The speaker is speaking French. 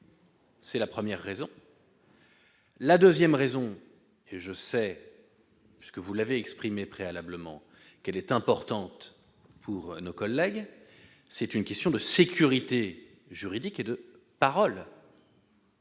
C'est la première raison, la 2ème raison et je sais ce que vous l'avez exprimée préalablement qu'elle est importante pour nos collègues, c'est une question de sécurité juridique et de parole.